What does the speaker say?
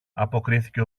αποκρίθηκε